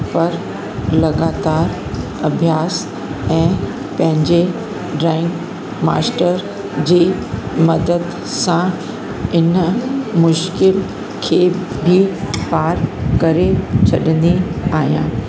पर लगातार अभ्यास ऐं पंहिंजे ड्रॉइंग मास्टर जी मदद सां इन्ह मुश्किल खे बि पार करे छॾंदी आहियां